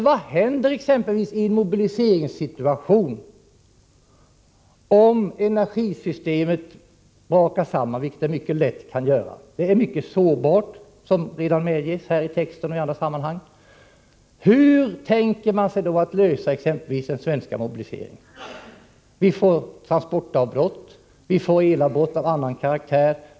Vad händer exempelvis i en mobiliseringssituation om energisystemet brakar samman, vilket det mycket väl kan göra? Det är mycket sårbart, som redan medges i den här texten och i andra sammanhang. Hur tänker man sig då att lösa frågan om den svenska mobiliseringen? Vi får transportavbrott, vi får elavbrott av annan karaktär.